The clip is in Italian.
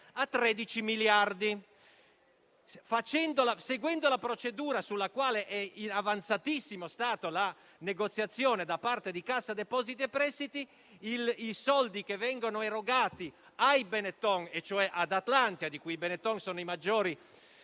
a 13 miliardi. Seguendo la procedura sulla quale è in avanzatissimo stato la negoziazione da parte di Cassa depositi e prestiti, i soldi che vengono erogati ai Benetton, e cioè ad Atlantia, di cui i Benetton sono i maggiori